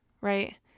Right